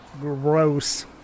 gross